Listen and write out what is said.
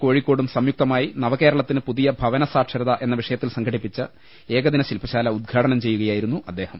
കോഴിക്കോടും സംയുക്തമായി നവകേരള ത്തിന് പുതിയ ഭവന സാക്ഷരത എന്ന വിഷയത്തിൽ സംഘടിപ്പിച്ച ഏകദിന ശില്പശാല ഉദ്ഘാടനം ചെയ്യുകയായിരുന്നു അദ്ദേഹം